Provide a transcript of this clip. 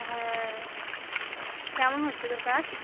হ্যাঁ কেমন হচ্ছে তোর কাজ